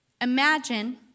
imagine